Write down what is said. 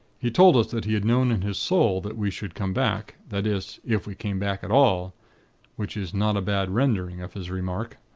he told us that he had known in his sowl that we should come back, that is, if we came back at all which is not a bad rendering of his remark.